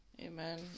Amen